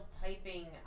typing